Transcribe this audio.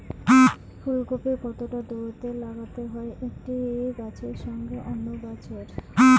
ফুলকপি কতটা দূরত্বে লাগাতে হয় একটি গাছের সঙ্গে অন্য গাছের?